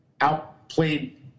outplayed